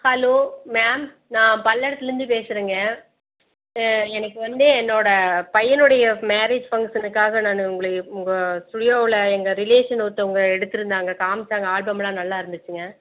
hello ma'am நான் பல்லடத்துலிருந்து பேசுறேங்க எனக்கு வந்து என்னோடய பையனுடைய மேரேஜ் ஃபங்ஷனுக்காக நான் உங்களை உங்கள் ஸ்டூடியோவில் எங்கள் ரிலேஷன் ஒருத்தவங்க எடுத்திருந்தாங்க காமிச்சாங்க ஆல்பமெலாம் நல்லா இருந்துச்சுங்க